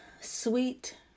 sweet